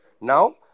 now